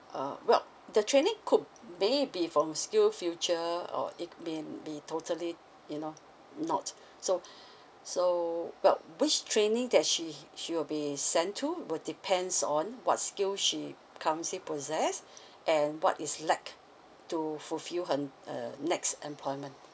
uh well the training could may be from skillsfuture or it may be totally you know not so so well which training that she she will be sent to will depends on what skill she currently possess and what is lack to fulfill her n~ uh next employment